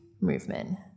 movement